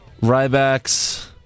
Ryback's